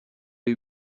les